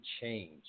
change